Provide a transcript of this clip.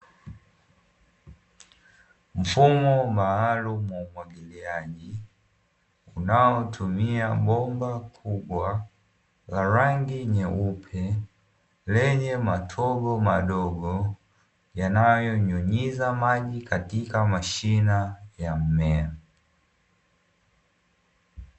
Mfumo maalumu wa umwagiliaji unaotumia bomba kubwa la rangi nyeupe, lenye matobo madogo yanayonyunyiza maji katika mashina ya mmea.